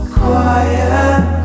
quiet